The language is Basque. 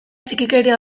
txikikeria